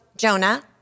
Jonah